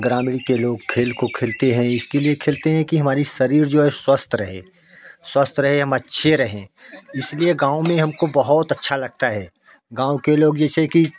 ग्रामीण के लोग खेल को खेलते हैं इसके लिए खेलते हैं कि हमारी शरीर जो है स्वस्थ रहे स्वस्थ रहे हम अच्छे रहें इसलिए गाँव में हमको बहुत अच्छा लगता है गाँव के लोग जैसे कि